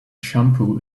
shampoo